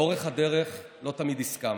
לאורך הדרך לא תמיד הסכמנו,